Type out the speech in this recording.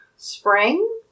Spring